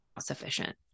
sufficient